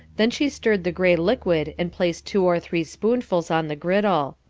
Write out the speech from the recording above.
then she stirred the grey liquid and placed two or three spoonfuls on the griddle,